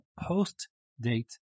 post-date